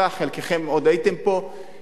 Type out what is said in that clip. חלקכם עוד הייתם פה,